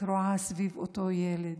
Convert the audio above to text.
קרועה סביב אותו ילד: